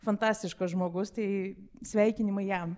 fantastiškas žmogus tai sveikinimai jam